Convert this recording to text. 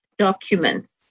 Documents